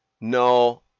no